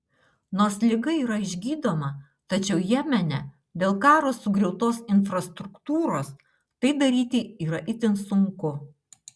nors liga yra išgydoma tačiau jemene dėl karo sugriautos infrastruktūros tai daryti yra itin sunku